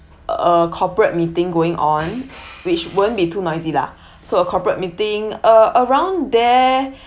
a corporate meeting going on which won't be too noisy lah so a corporate meeting uh around there